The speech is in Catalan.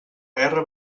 guerra